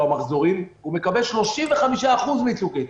עד 80%, מקבל 35% מצוק איתן.